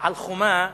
על חומה,